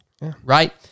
Right